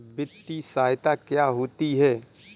वित्तीय सहायता क्या होती है?